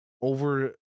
over